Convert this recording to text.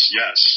yes